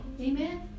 Amen